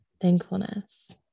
thankfulness